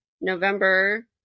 November